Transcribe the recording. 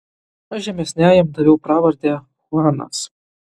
aš žemesniajam daviau pravardę chuanas